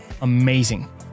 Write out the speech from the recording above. amazing